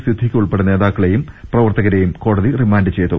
സിദ്ദീഖ് ഉൾപ്പടെ നേതാക്കളേയും പ്രവർത്തകരെയും കോടതി റിമാൻഡ് ചെയ്തു